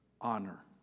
honor